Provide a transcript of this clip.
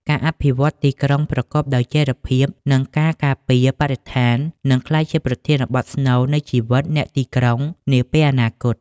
ការអភិវឌ្ឍទីក្រុងប្រកបដោយចីរភាព និងការការពារបរិស្ថាន នឹងក្លាយជាប្រធានបទស្នូលនៃជីវិតអ្នកទីក្រុងនាពេលអនាគត។